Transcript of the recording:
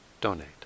donate